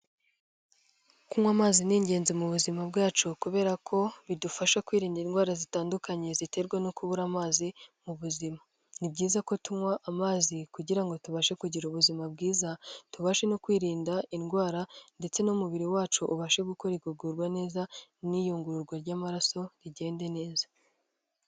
Kunywa amazi ni ingenzi mu buzima bwacu kubera ko bidufasha kwirinda indwara zitandukanye ziterwa no kubura amazi mu buzima. Ni byiza ko tunywa amazi kugira ngo tubashe kugira ubuzima bwiza, tubashe no kwirinda indwara ndetse n'umubiri wacu ubashe gukora igogorwa neza n'iyungururwa ry'amaraso rigende neza.